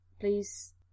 please